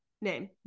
name